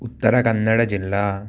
उत्तरकन्नडजिल्ला